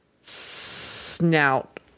snout